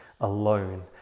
alone